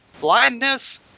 blindness